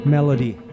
Melody